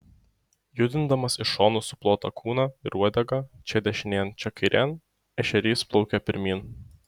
judindamas iš šonų suplotą kūną ir uodegą čia dešinėn čia kairėn ešerys plaukia pirmyn